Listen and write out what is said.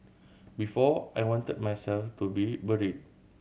before I wanted myself to be buried